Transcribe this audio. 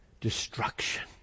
destruction